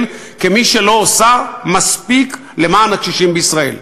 כמי שלא עושה מספיק למען הקשישים בישראל.